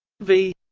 v